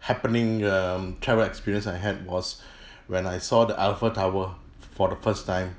happening um travel experience I had was when I saw the eiffel tower for the first time